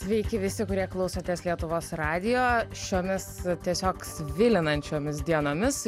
sveiki visi kurie klausotės lietuvos radijo šiomis tiesiog svilinančiomis dienomis